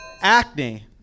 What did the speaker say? Acne